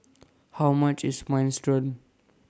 How much IS Minestrone